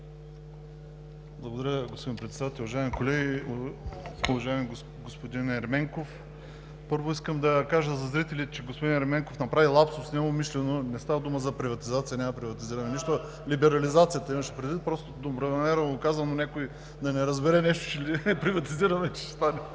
Благодаря, господин Председател. Уважаеми колеги, уважаеми господин Ерменков! Първо искам да кажа за зрителите, че господин Ерменков направи лапсус неумишлено. Не става дума за приватизация, няма да приватизираме нищо, а либерализацията имаше предвид. Просто добронамерено го каза, но някой да не разбере нещо, че ще приватизираме, че ще стане…